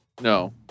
No